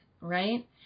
right